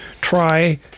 try